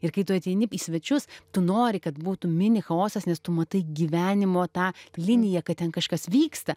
ir kai tu ateini į svečius tu nori kad būtų mini chaosas nes tu matai gyvenimo tą liniją kad ten kažkas vyksta